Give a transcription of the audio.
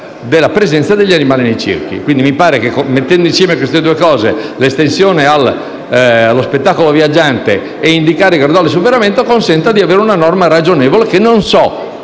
della presenza degli animali nei circhi. Quindi mi pare che, mettendo insieme questi due principi (l'estensione allo spettacolo viaggiante e il graduale superamento), si possa avere una norma ragionevole. Non so